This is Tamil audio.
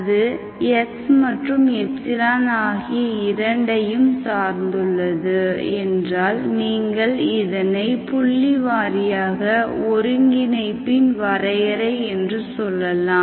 அது x மற்றும் ε ஆகிய இரண்டையும் சார்ந்துள்ளது என்றால் நீங்கள் இதனைப் புள்ளிவாரியாக ஒருங்கிணைப்பின் வரையறை என்று சொல்லலாம்